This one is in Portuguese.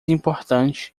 importante